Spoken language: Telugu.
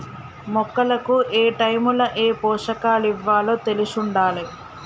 మొక్కలకు ఏటైముల ఏ పోషకాలివ్వాలో తెలిశుండాలే